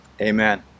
Amen